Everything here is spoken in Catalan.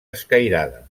escairada